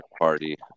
Party